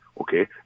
okay